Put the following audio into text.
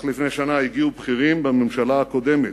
רק לפני שנה הגיעו בכירים בממשלה הקודמת,